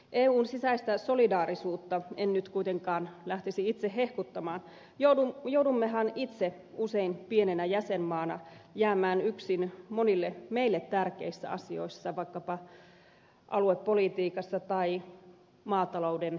eun sisäistä solidaarisuutta en nyt kuitenkaan lähtisi itse hehkuttamaan joudummehan itse usein pienenä jäsenmaana jäämään yksin monissa meille tärkeissä asioissa vaikkapa aluepolitiikassa tai maatalouden elinvoimaisuudessa